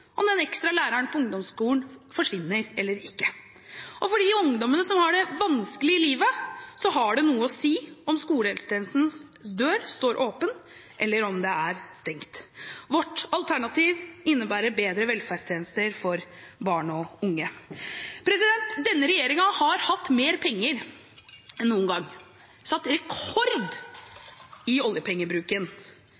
om den ekstra læreren på ungdomsskolen forsvinner eller ikke. Og for de ungdommene som har det vanskelig i livet, har det noe å si om skolehelsetjenestens dør står åpen, eller om den er stengt. Vårt alternativ innebærer bedre velferdstjenester for barn og unge. Denne regjeringen har hatt mer penger enn noen gang – har satt rekord